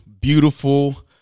beautiful